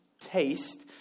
taste